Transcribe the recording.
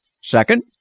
Second